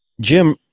jim